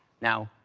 now,